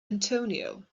antonio